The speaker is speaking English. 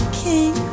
king